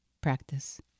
practice